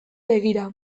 begira